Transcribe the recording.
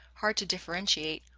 hard to differentiate,